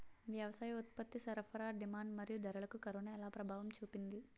వ్యవసాయ ఉత్పత్తి సరఫరా డిమాండ్ మరియు ధరలకు కరోనా ఎలా ప్రభావం చూపింది